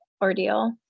ordeal